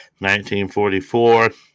1944